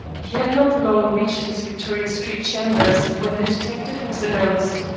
he had not long reached his victoria-street chambers when the detective was announced.